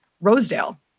rosedale